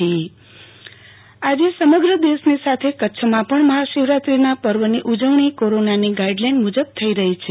આરતી ભદ્દ શિવરાત્રી ઉજવણી આજે સમગ્ર દેશની સાથે કચ્છમાં પણ મહાશિવરાત્રીના પર્વની ઉજવણી કોરોનાનાની ગાઈડલાઈન મુજબ થઈ રહી છે